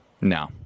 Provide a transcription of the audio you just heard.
No